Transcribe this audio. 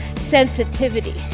sensitivity